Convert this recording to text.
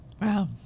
Wow